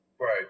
right